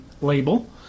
label